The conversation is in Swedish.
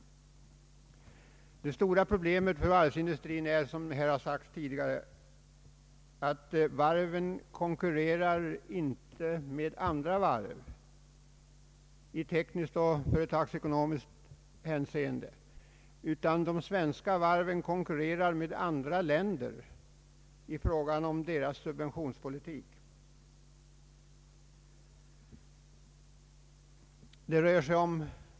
Det stora problemet för varvsindustrin är, vilket sagts tidigare, att varven inte konkurrerar med andra varv i tekniskt och företagsekonomiskt hänseende utan att de svenska varven konkurrerar med andra länder i fråga om deras subventionspolitik.